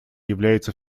является